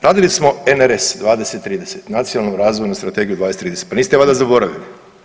Radili smo RNS 20-30 nacionalnu razvojnu strategiju 20-30, pa niste je valjda zaboravili?